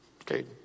Okay